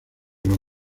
los